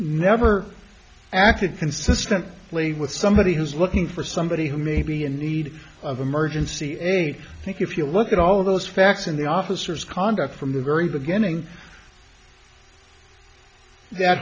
never acted consistent leave with somebody who's looking for somebody who may be in need of emergency aid i think if you look at all of those facts in the officers conduct from the very beginning that